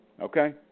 okay